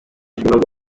impamvu